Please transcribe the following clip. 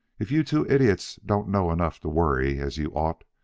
if you two idiots don't know enough to worry as you ought,